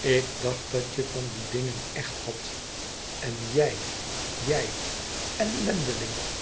ik dacht dat je van die dingen echt had en jij jij